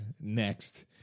next